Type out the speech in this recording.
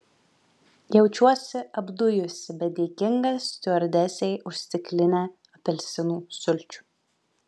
jaučiuosi apdujusi bet dėkinga stiuardesei už stiklinę apelsinų sulčių